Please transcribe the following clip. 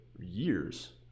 years